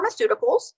pharmaceuticals